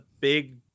big